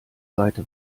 seite